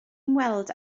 ymweld